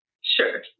Sure